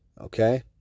Okay